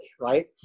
Right